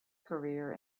career